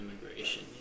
immigration